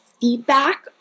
feedback